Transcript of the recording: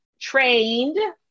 trained